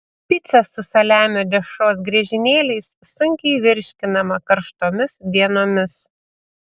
pica su saliamio dešros griežinėliais sunkiai virškinama karštomis dienomis